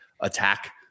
attack